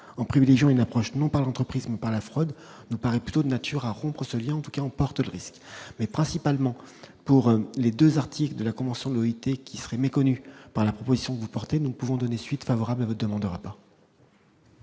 en privilégiant une approche non pas l'entreprise Montparnasse. Claude nous paraît plutôt de nature à rompre ce lien en tout cas, porte le risque mais principalement pour les 2 articles de la convention de l'OIT qui serait méconnu par la proposition, vous portez, nous ne pouvons donner suite favorable à votre demande, Rabat.